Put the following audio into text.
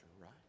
right